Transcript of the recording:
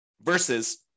versus